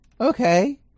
okay